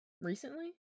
recently